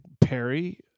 Perry